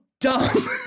dumb